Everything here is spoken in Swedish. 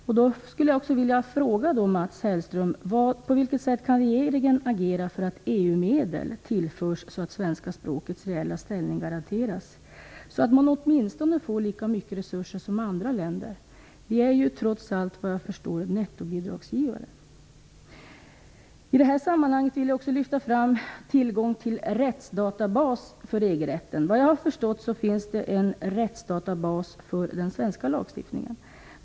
Jag skulle vilja fråga Mats Hellström på vilket sätt regeringen kan agera för att EU-medel tillförs så att svenska språkets reella ställning garanteras och så att vi åtminstone får lika mycket resurser som andra länder. Vi är ju trots allt såvitt jag förstår nettobidragsgivare. I detta sammanhang vill jag också lyfta fram frågan om tillgång till rättsdatabas för EG-rätten. Såvitt jag har förstått finns det en rättsdatabas för den svenska lagstiftningen.